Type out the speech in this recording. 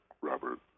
Robert